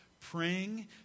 praying